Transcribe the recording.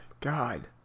God